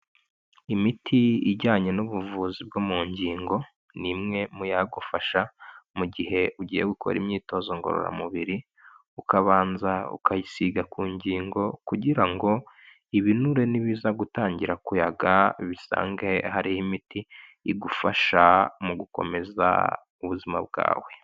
Imiti ijyanye n'ubuvuzi bwo mu ngingo n'imwe muyagufasha mu gihe ugiye gukora imyitozo ngororamubiri, ukabanza ukayisiga ku ngingo kugira ngo ibinure nibiza gutangira kuyaga bisange hariho imiti igufasha mu gukomeza ubuzima bwawe.